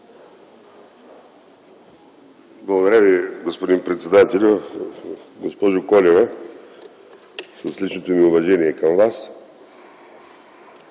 Благодаря, господин председателю. Госпожо Колева, с личното ми уважение към Вас,